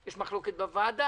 יש מחלוקת בוועדה,